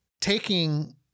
taking